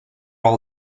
all